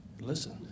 Listen